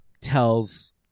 tells